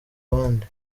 abandi